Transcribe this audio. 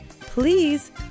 please